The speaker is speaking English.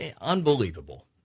Unbelievable